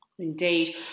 Indeed